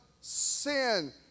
sin